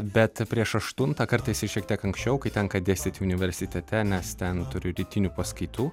bet prieš aštuntą kartais ir šiek tiek anksčiau kai tenka dėstyti universitete nes ten turiu rytinių paskaitų